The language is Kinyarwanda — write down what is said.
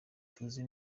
tuzi